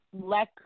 let